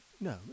no